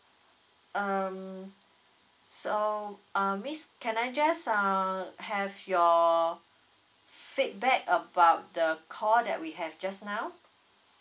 um so um miss can I just uh have your feedback about the call that we have just now